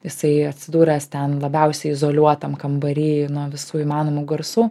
jisai atsidūręs ten labiausiai izoliuotam kambary nuo visų įmanomų garsų